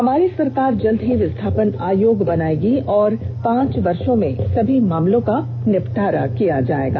हमारी सरकार जल्द ही विस्थापन आयोग बनाएगी और पांच साल में सभी मामलों का निपटारा किया जाएगा